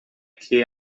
che